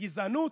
גזענות,